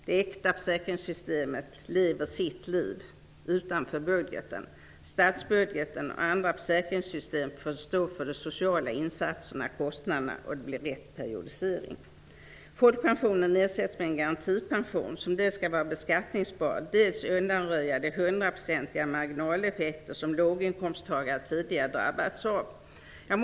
Det äkta försäkringssystemet lever sitt liv utanför budgeten. Statsbudgeten och andra försäkringssystem får stå för de sociala insatserna, kostnaderna, och se till att periodiseringen blir riktig. Folkpensionen ersätts med en garantipension, som dels skall vara beskattningsbar, dels undanröja de hundraprocentiga marginaleffekter som låginkomsttagare tidigare har drabbats av.